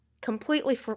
completely